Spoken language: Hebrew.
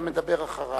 המדבר אחריך.